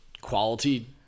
quality